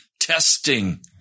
testing